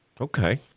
Okay